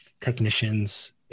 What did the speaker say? technicians